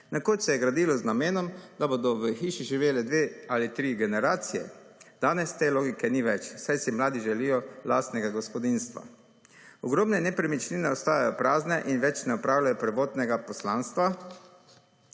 Nekoč se je gradilo z namenom, da bodo v hiši živele dve ali tri generacije. Danes te logike ni več, saj si mladi želijo lastnega gospodinjstva. Ogromno nepremičnin ostaja prazno in več ne opravljajo prvotnega poslanstva